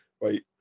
right